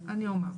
אני אומר,